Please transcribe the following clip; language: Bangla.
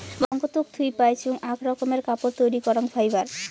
বঙ্গতুক থুই পাইচুঙ আক রকমের কাপড় তৈরী করাং ফাইবার